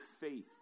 faith